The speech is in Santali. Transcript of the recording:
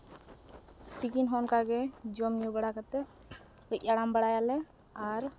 ᱛᱤᱠᱤᱱ ᱦᱚᱸ ᱚᱱᱠᱟᱜᱮ ᱡᱚᱢᱼᱧᱩ ᱵᱟᱲᱟ ᱠᱟᱛᱮᱫ ᱠᱟᱹᱡ ᱟᱨᱟᱢ ᱵᱟᱲᱟᱭᱮᱞᱮ ᱟᱨ